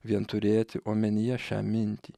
vien turėti omenyje šią mintį